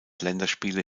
länderspiele